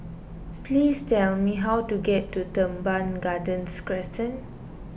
please tell me how to get to Teban Gardens Crescent